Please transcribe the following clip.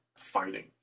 fighting